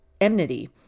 enmity